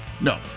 No